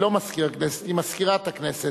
היא לא מזכיר הכנסת, היא מזכירת הכנסת.